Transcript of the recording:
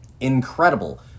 incredible